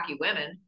women